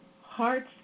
heart's